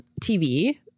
tv